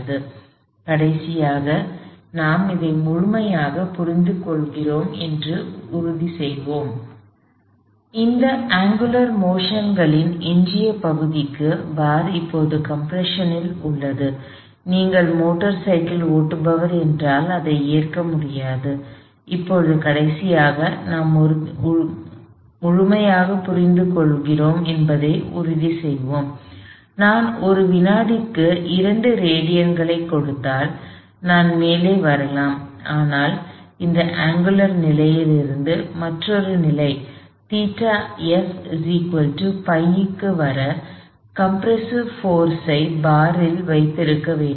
இப்போது கடைசியாக இதை நாம் முழுமையாகப் புரிந்துகொள்கிறோம் என்பதை உறுதி செய்வோம் நான் ஒரு வினாடிக்கு 2 ரேடியன்களைக் கொடுத்தால் நான் மேலே வரலாம் ஆனால் இந்த அங்குலர் நிலையிலிருந்து மற்றொரு நிலை ϴf π க்கு வர ஒரு கம்ப்ரசிவ் போர்ஸ் ஐ பாரில் வைத்திருக்க வேண்டும்